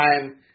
time